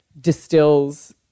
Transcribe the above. distills